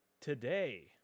Today